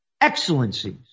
Excellencies